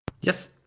Yes